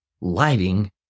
lighting